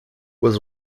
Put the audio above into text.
was